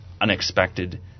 unexpected